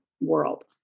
world